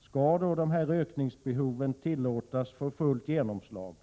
Skall ökningsbehoven tillåtas få fullt genomslag